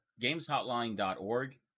gameshotline.org